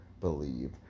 Believe